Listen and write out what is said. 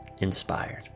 inspired